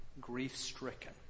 grief-stricken